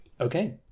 Okay